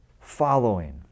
Following